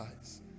eyes